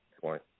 point